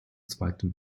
zweiten